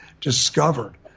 Discovered